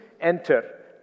enter